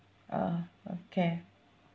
uh okay